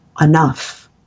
enough